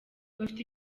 bafite